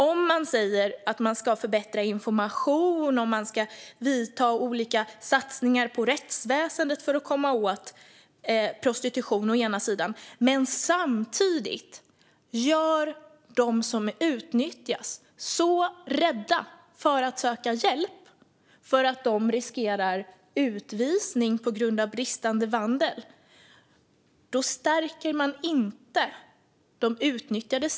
Om man säger att man ska förbättra information och göra olika satsningar på rättsväsendet för att komma åt prostitution men samtidigt gör dem som utnyttjas så rädda för att söka hjälp eftersom de riskerar utvisning på grund av bristande vandel stärker man inte de utnyttjade.